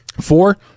Four